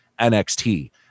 NXT